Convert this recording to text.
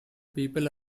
people